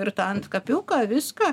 ir tą antkapiuką viską